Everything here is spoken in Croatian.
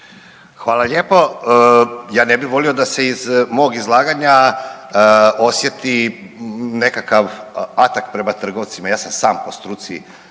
Hvala lijepo. Ja ne bih volio da se iz mog izlaganja osjeti nekakav atak prema trgovcima. Ja sam i sam po struci